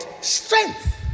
strength